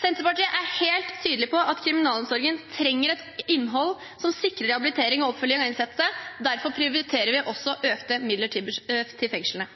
Senterpartiet er helt tydelig på at kriminalomsorgen trenger et innhold som sikrer rehabilitering og oppfølging av de innsatte. Derfor prioriterer vi også økte midler til fengslene.